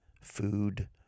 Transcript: food